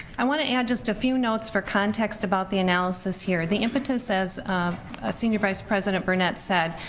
i wanna add just a few notes for context, about the analysis here. the impetus, as ah senior vice president burnett said,